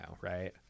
right